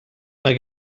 mae